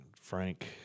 Frank